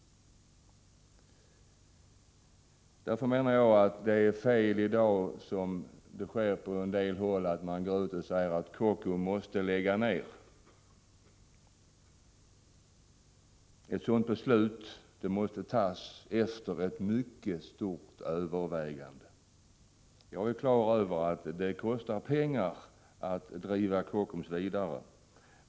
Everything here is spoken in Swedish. Jag menar således att det är fel, som man gör på en del håll i dag, att gå ut och säga att Kockums måste läggas ned. Ett sådant beslut måste fattas efter ett mycket omfattande övervägande. Jag är klar över att det kostar pengar att driva Kockums vidare.